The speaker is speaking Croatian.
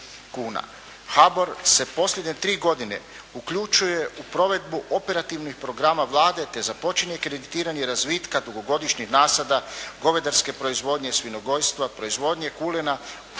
HBOR se posljednje 3 godine uključuje u provedbu operativnih programa Vlade te započinje kreditiranje razvitka dugogodišnjeg nasada govedarske proizvodnje, svinjogojstva, proizvodnje kulena,